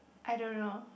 I don't know